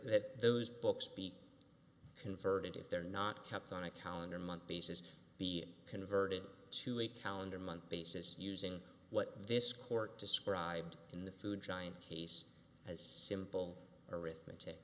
that those books be converted if they're not kept on a counter month basis be converted to a calendar month basis using what this court described in the food giant case as simple arithmetic